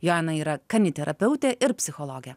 joaną yra kaniterapeutė ir psichologė